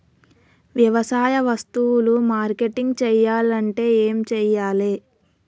వ్యవసాయ వస్తువులు మార్కెటింగ్ చెయ్యాలంటే ఏం చెయ్యాలే?